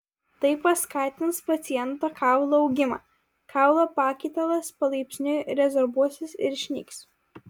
tai paskatins paciento kaulo augimą kaulo pakaitalas palaipsniui rezorbuosis ir išnyks